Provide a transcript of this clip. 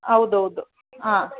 ಹೌದೌದು ಹಾಂ